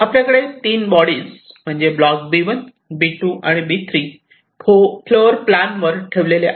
आपल्याकडे तीन बॉडीज म्हणजे ब्लॉक B1 B2 आणि B3 फ़्लोअर प्लान वर ठेवलेले आहेत